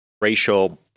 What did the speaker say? racial